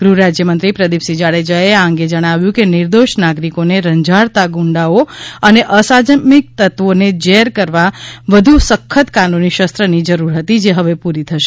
ગૃહ રાજ્ય મંત્રી પ્રદિપસિંહ જાડેજાએ આ અંગે જણાવ્યુ છે કે નિર્દોષ નાગરિકોને રંજાડતા ગુંડાઓ અને અસામાજીક તત્વોને જેર કરવા વધુ સખત કાનૂની શસ્ત્રની જરૂર હતી જે હવે પૂરી થશે